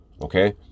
Okay